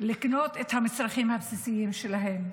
לקנות את המצרכים הבסיסיים שלהם.